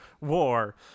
war